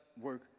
work